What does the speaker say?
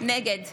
נגד